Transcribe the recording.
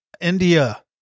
India